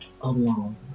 alone